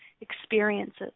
experiences